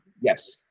Yes